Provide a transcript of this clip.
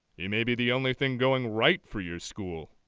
he may be the only thing going right for your school.